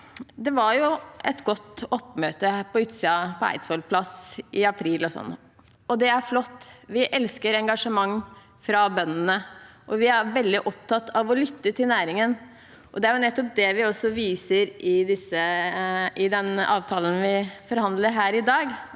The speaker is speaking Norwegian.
Det var godt oppmøte på utsiden av Stortinget, på Eidsvolls plass, i april, og det er flott. Vi elsker engasjement fra bøndene, og vi er veldig opptatt av å lytte til næringen. Det er nettopp det vi viser i den avtalen vi forhandler her i dag,